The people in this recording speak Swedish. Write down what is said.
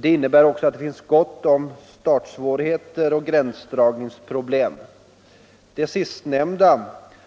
Det innebär också att det finns gott om startsvårigheter och gränsdragningsproblem. Det sistnämnda